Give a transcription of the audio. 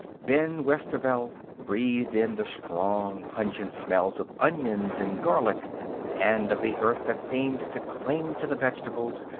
ben westerveld breathed in the strong, pungent smell of onions and garlic and of the earth that seemed to cling to the vegetables,